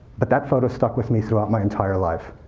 but that photo stuck with me throughout my entire life.